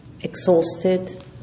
exhausted